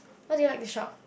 what do you like to shop